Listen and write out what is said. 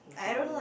okay